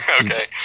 Okay